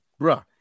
bruh